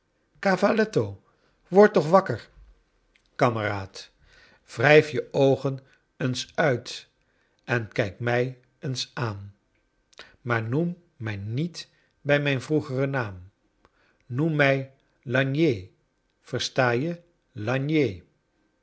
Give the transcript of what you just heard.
cavalletto word toch wakker kameraad wrijf je oogen eens uit i en kijk mij eens aan maar noem i mij niet bij mijn vroegeren naam noem mij lagnier versta je